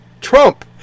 Trump